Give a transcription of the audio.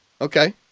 Okay